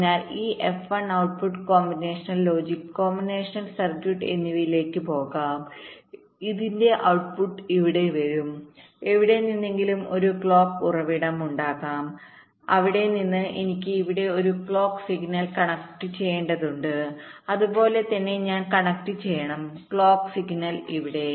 അതിനാൽ ഈ F1 output combinational logic combinational circuit എന്നിവയിലേക്ക് പോകും ഇതിന്റെ ഔട്ട്പുട് ഇവിടെ വരും എവിടെനിന്നെങ്കിലും ഒരു ക്ലോക്ക് ഉറവിടം ഉണ്ടാകും അവിടെ നിന്ന് എനിക്ക് ഇവിടെ ഒരു ക്ലോക്ക് സിഗ്നൽ കണക്റ്റുചെയ്യേണ്ടതുണ്ട് അതുപോലെ തന്നെ ഞാൻ കണക്ട് ചെയ്യണം ക്ലോക്ക് സിഗ്നൽഇവിടെ